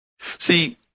See